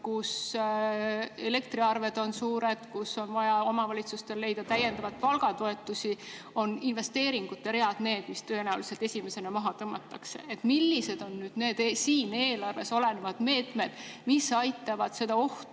kus elektriarved on suured, kus on vaja omavalitsustel leida täiendavaid palgatoetusi, on investeeringute read need, mis tõenäoliselt esimesena maha tõmmatakse. Millised on siin eelarves olevad meetmed, mis aitavad maandada ohtu,